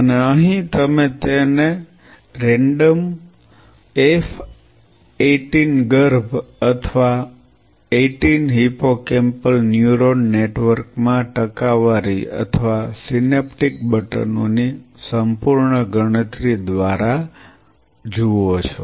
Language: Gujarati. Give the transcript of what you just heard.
અને અહીં તમે તે રેન્ડમ F18 ગર્ભ અથવા 18 હિપ્પોકેમ્પલ ન્યુરોન નેટવર્ક માં ટકાવારી અથવા સિનેપ્ટિક બટનો ની સંપૂર્ણ ગણતરી દ્વારા જાઓ છો